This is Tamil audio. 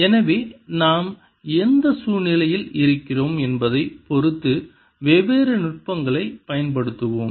எனவே நாம் எந்த சூழ்நிலையில் இருக்கிறோம் என்பதைப் பொறுத்து வெவ்வேறு நுட்பங்களைப் பயன்படுத்துவோம்